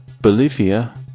Bolivia